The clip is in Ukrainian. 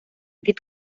від